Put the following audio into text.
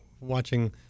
watching